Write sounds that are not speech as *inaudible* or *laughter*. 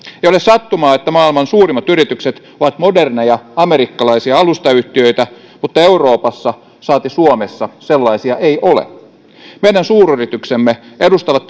ei ole sattumaa että maailman suurimmat yritykset ovat moderneja amerikkalaisia alustayhtiöitä mutta euroopassa saati suomessa sellaisia ei ole meidän suuryrityksemme edustavat *unintelligible*